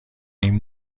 این